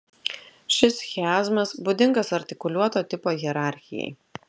šis chiazmas būdingas artikuliuoto tipo hierarchijai